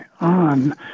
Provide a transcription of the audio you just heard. on